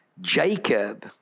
Jacob